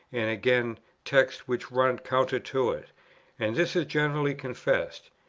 and again texts which run counter to it and this is generally confessed.